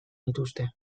dituzte